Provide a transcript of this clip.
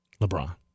LeBron